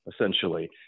essentially